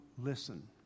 listen